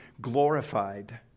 glorified